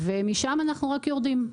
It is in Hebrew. ומשם אנחנו רק יורדים.